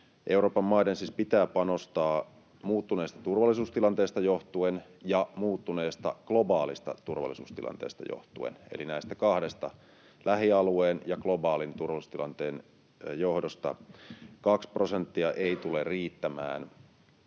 Euroopan maiden siis pitää panostaa muuttuneesta turvallisuustilanteesta johtuen ja muuttuneesta globaalista turvallisuustilanteesta johtuen. Eli näiden kahden, lähialueen ja globaalin, turvallisuustilanteen johdosta kaksi prosenttia ei tule riittämään.